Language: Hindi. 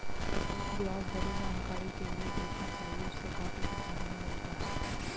ब्याज दरें जानकारी के लिए देखना चाहिए, उससे काफी कुछ जानने मिलता है